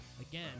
Again